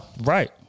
right